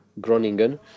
Groningen